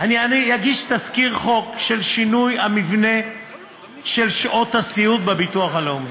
אני אגיש תזכיר חוק של שינוי המבנה של שעות הסיעוד בביטוח הלאומי.